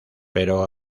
pero